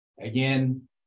Again